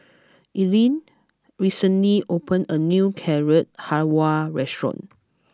Ilene recently opened a new Carrot Halwa restaurant